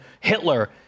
Hitler